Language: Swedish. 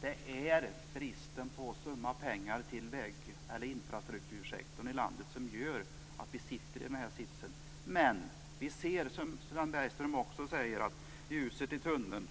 Det är bristen på pengar till infrastruktursektorn i landet som gör att vi sitter i den här sitsen. Men, som Sven Bergström också sade, vi ser ljuset i tunneln.